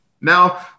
Now